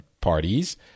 parties